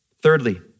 Thirdly